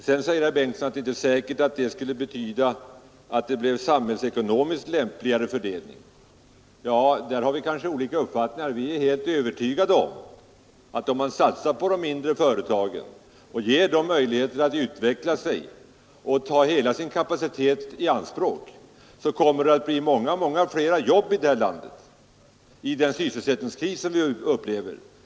Sedan säger herr Bengtsson att det inte är säkert att det skulle betyda att det bleve en samhällsekonomiskt lämpligare fördelning. Ja, här finns det kanske olika uppfattningar. Vi är helt övertygade om att om man satsar på de mindre företagen och ger dem möjligheter att utveckla sig och ta hela sin kapacitet i anspråk, så kommer det att bli många, många fler jobb i det här landet i den sysselsättningskris som vi upplever.